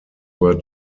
were